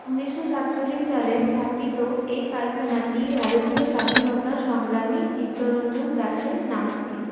উনিশশো সাতচল্লিশ সালে স্থাপিত এই কারখানাটি ভারতীয় স্বাধীনতা সংগ্রামী চিত্তরঞ্জন দাসের নামাঙ্কিত